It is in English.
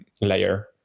layer